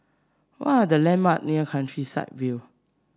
what are the landmark near Countryside View